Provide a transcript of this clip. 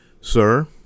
Sir